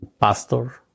pastor